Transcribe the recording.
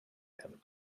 him